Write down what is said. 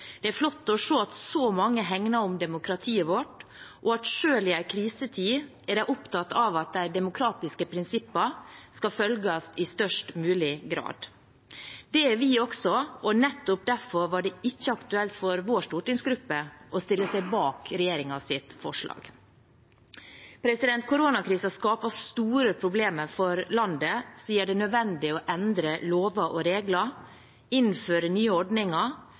det er flott. Det er flott å se at så mange hegner om demokratiet vårt, og at de selv i en krisetid er opptatt av at de demokratiske prinsippene skal følges i størst mulig grad. Det er vi også, og nettopp derfor var det ikke aktuelt for vår stortingsgruppe å stille seg bak regjeringens forslag. Koronakrisen skaper store problemer for landet som gjør det nødvendig å endre lover og regler, innføre nye ordninger,